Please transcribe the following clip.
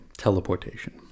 Teleportation